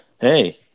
hey